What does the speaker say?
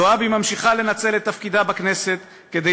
זועבי ממשיכה לנצל את תפקידה בכנסת כדי